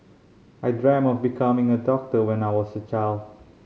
I dreamt of becoming a doctor when I was a child